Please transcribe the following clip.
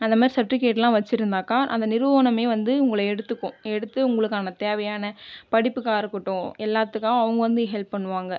அந்தமாதிரி சர்ட்டிஃபிக்கேட்லா வச்சுருந்தாக்கா அந்த நிறுவனமே வந்து உங்களை எடுத்துக்கும் எடுத்து உங்களுக்கான தேவையான படிப்புக்கா இருக்கட்டும் எல்லாத்துக்காகவும் அவங்கள் வந்து ஹெல்ப் பண்ணுவாங்கள்